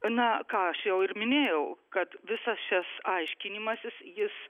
na ką aš jau ir minėjau kad visas šis aiškinimasis jis